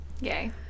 Yay